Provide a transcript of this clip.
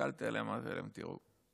הסתכלתי עליהם ואמרתי להם: תראו,